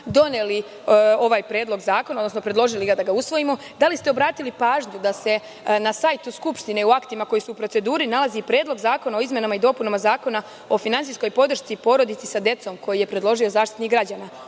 osetljivih grupa stanovništva doneli predložili ovaj zakon, da li ste obratili pažnju da se na sajtu Skupštine u aktima koji su u proceduri nalazi Predlog zakona o izmenama i dopunama Zakona o finansijskoj podršci porodici sa decom koji je predložio Zaštitnik građana?